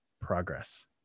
progress